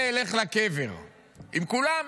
זה ילך לקבר עם כולם.